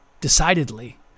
decidedly